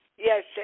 Yes